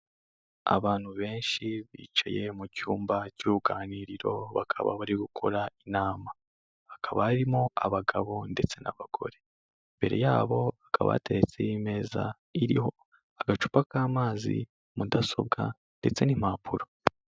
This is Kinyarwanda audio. Abantu benshi bicaye mu cyumba cy'uruganiriro bakaba bari gukora inama. Hakaba harimo abagabo ndetse n'abagore, mbere yabo hakaba ateretseyo imeza iriho agacupa k'amazi, mudasobwa ndetse n'impapuro.